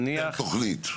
נניח --- לכל תוכנית ותוכנית.